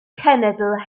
cenedl